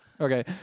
Okay